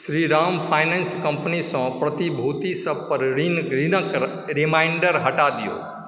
Shriram finance company सँ प्रतिभूति सबपर ऋण ऋणक रिमाइंडर हटा दियौ